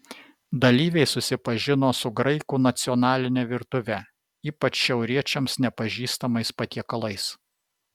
dalyviai susipažino su graikų nacionaline virtuve ypač šiauriečiams nepažįstamais patiekalais